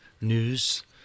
news